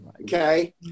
okay